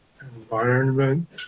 environment